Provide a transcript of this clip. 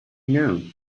know